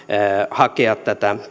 hakea